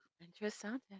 Interesting